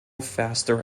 faster